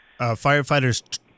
firefighters